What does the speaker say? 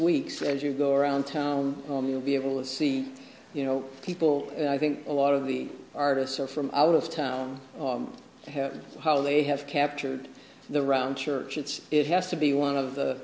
weeks as you go around town on you'll be able to see you know people i think a lot of the artists are from out of town have how they have captured the round church it's it has to be one of the